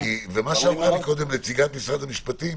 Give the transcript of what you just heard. מה שאמרה מקודם נציגת משרד המשפטים,